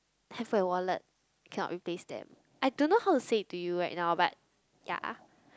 handphone and wallet cannot replace them I don't know how to say to you right now but ya